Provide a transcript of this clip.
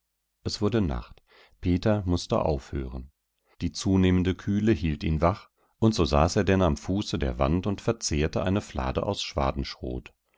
es wurde nacht peter mußte aufhören die zunehmende kühle hielt ihn wach und so saß er denn am fuße der wand und verzehrte eine flade aus